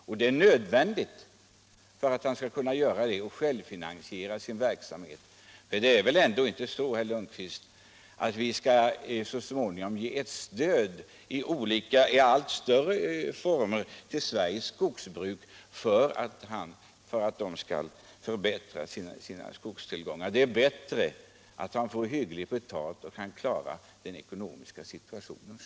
Och det är nödvändigt att han kan självfinansiera en sådan verksamhet — för det är väl ändå inte så, herr Lundkvist, att vi så småningom skall ge stöd i allt större utsträckning till Sveriges skogsägare för att de skall förbättra sina skogstillgångar? Det är bättre att skogsbrukarna får hyggligt betalt, så att de själva kan klara av sin ekonomiska situation.